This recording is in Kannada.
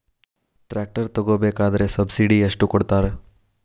ಟ್ರ್ಯಾಕ್ಟರ್ ತಗೋಬೇಕಾದ್ರೆ ಸಬ್ಸಿಡಿ ಎಷ್ಟು ಕೊಡ್ತಾರ?